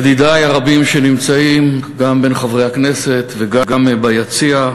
ידידי הרבים שנמצאים גם בין חברי הכנסת וגם ביציע,